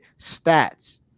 stats